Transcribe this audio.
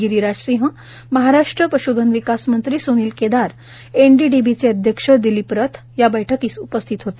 गिरीराज सिंह महाराष्ट्र पश्धन विकास मंत्री स्नील केदार एनडीडीबीचे अध्यक्ष दिलीप रथ बैठकीस उपस्थित होते